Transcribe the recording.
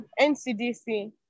NCDC